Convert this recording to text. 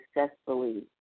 successfully